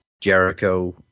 Jericho